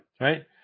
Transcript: right